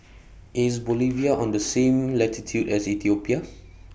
IS Bolivia on The same latitude as Ethiopia